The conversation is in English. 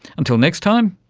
until next time,